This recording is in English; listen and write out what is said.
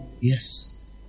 Yes